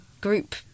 group